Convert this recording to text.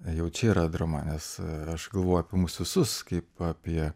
jau čia yra drama nes aš galvoju apie mus visus kaip apie